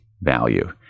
value